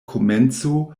komenco